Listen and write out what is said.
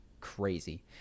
crazy